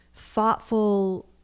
thoughtful